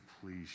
please